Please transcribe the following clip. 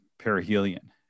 perihelion